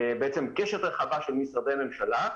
קשת רחבה של משרדי ממשלה.